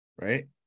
right